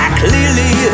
clearly